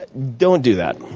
but don't do that.